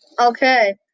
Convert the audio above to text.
Okay